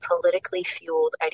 politically-fueled